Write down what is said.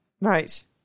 Right